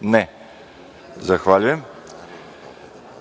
(Ne)Zahvaljujem. Marijan